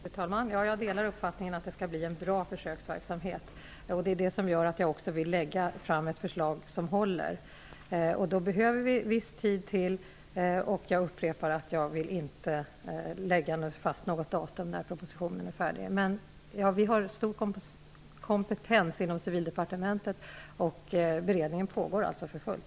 Fru talman! Jag delar uppfattningen att det skall bli en bra försöksverksamhet, och det är det som gör att jag också vill lägga fram ett förslag som håller. Vi behöver viss tid för detta, och jag upprepar att jag inte vill ange något datum för när propositionen skall vara färdig. Vi har stor kompetens inom Civildepartementet, och beredningen pågår för fullt.